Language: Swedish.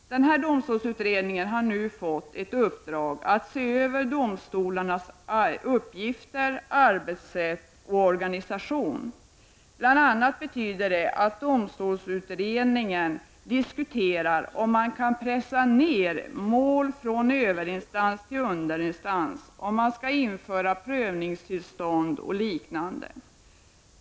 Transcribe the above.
Domstolsutredningen har nu fått ett uppdrag att se över domstolarnas uppgifter, arbetssätt och organisation. Bl.a. betyder det att domstolsutredningen diskuterar om man kan pressa ner mål från överinstans till underinstans, om man skall införa prövningstillstånd och liknande.